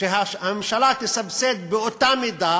שהממשלה תסבסד רווחה וחינוך ברשות חזקה באותה מידה